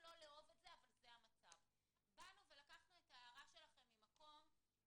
על אלה: (1)מעון יום לפעוטות הפועל בתוך מקום